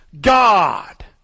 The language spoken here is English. God